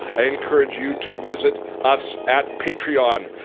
i encourage you to visit us at patreon.